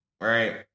Right